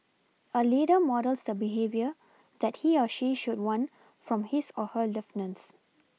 a leader models the behaviour that he or she should want from his or her lieutenants